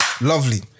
Lovely